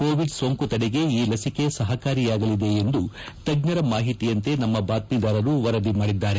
Covid ಸೋಂಕು ತಡೆಗೆ ಈ ಲಸಿಕೆ ಸಹಕಾರಿಯಾಗಲಿದೆ ಎಂದು ತಜ್ಜರ ಮಾಹಿತಿಯಂತೆ ನಮ್ನ ಬಾತ್ನೀದಾರರು ವರದಿ ಮಾಡಿದ್ದಾರೆ